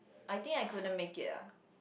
I think I couldn't make it ah